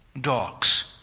dogs